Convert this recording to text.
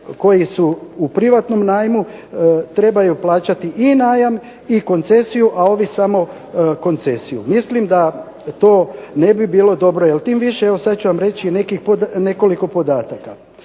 koji su u privatnom najmu trebaju plaćati i najam i koncesiju, a ovi samo koncesiju. Mislim da to ne bi bilo dobro, jer tim više e sada ću vam reći nekoliko podataka.